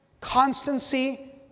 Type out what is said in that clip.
constancy